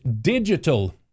digital